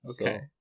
Okay